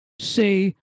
say